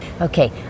Okay